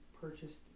purchased